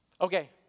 Okay